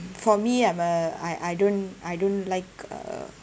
for me I'm a I I don't I don't like uh